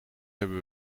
hebben